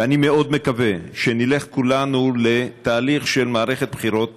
ואני מאוד מקווה שנלך כולנו לתהליך של מערכת בחירות